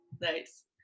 Nice